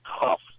tough